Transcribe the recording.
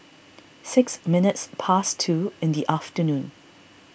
six minutes past two in the afternoon